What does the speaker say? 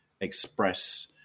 express